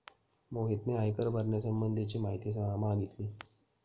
मोहितने आयकर भरण्यासंबंधीची माहिती मागितली